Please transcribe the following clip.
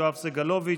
יואב סגלוביץ',